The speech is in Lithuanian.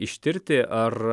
ištirti ar